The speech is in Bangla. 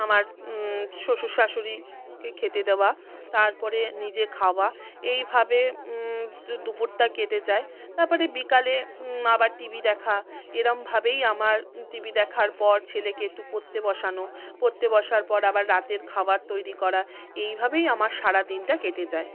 আমার শ্বশুর শাশুড়িকে খেতে দেওয়া তারপরে নিজে খাওয়া এইভাবে দুপুরটা কেটে যায় তারপরে বিকালে আবার টিভি দেখা এরকমভাবেই আমার টিভি দেখার পর ছেলেকে একটু পড়তে বসানো পড়তে বসার পর আবার রাতের খাবার তৈরি করা এইভাবেই আমার সারা দিনটা কেটে যায়